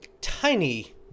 tiny